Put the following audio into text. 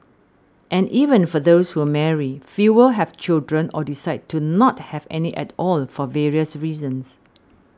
and even for those who marry fewer have children or decide to not have any at all for various reasons